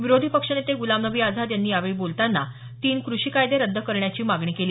विरोधी पक्षनेते ग्रुलाम नबी आझाद यांनी यावेळी बोलताना तीन क्रषी कायदे रद्द करण्याची मागणी केली